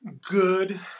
good